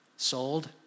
Sold